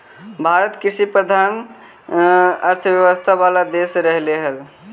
भारत कृषिप्रधान अर्थव्यवस्था वाला देश रहले हइ